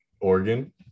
Oregon